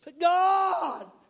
God